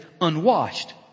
unwashed